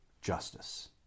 justice